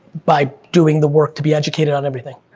by doing the work to be educated on everything.